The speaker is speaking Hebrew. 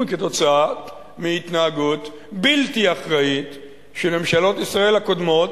כתוצאה מהתנהגות בלתי אחראית של ממשלות ישראל הקודמות,